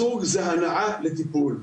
זה הנעה לטיפול.